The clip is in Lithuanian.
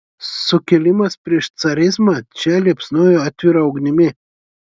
sukilimas prieš carizmą čia liepsnojo atvira ugnimi